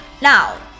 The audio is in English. Now